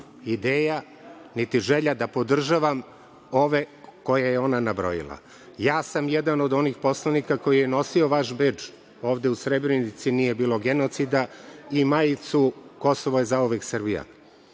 ideja, niti želja da podržavam ove koje je ona nabrojila. Ja sam jedan od onih poslanika koji je nosio vaš bedž „Ovde u Srebrenici nije bilo genocida“ i majicu „Kosovo je zauvek Srbija“